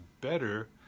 better